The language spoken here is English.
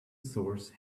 source